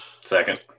Second